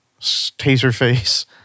Taserface